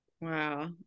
Wow